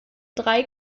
drei